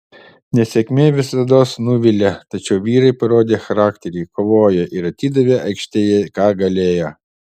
nesėkmė visados nuvilia tačiau vyrai parodė charakterį kovojo ir atidavė aikštėje ką galėjo